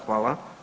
Hvala.